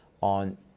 on